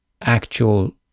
actual